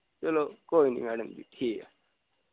चलो कोई नी मैडम जी ठीक ऐ